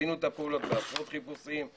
עשינו את הפעילות בעשרות חיפושים,